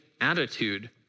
attitude